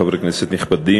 חברי כנסת נכבדים,